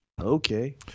Okay